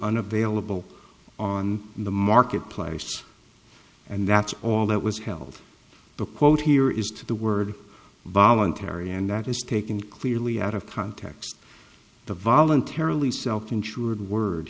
unavailable on the market place and that's all that was held the quote here is to the word voluntary and that is taken clearly out of context to voluntarily self insured word